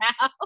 now